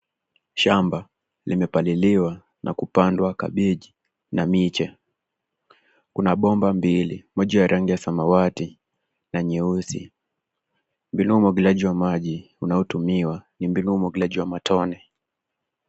Shamba limepaliliwa na kupandwa kabeji na miche. Kuna bomba mbili moja ya rangi ya samawati na nyeusi mbinu umwagiliaji wa maji unaotumiwa ni mbinu umwagiliaji wa matone